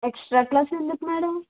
extra class ఎందుకు madam